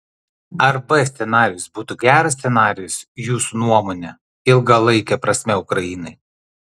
ar b scenarijus būtų geras scenarijus jūsų nuomone ilgalaike prasme ukrainai